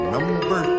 Number